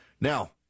Now